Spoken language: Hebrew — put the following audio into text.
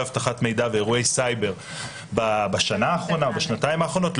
אבטחת מידע ואירועי סייבר בשנתיים האחרונות,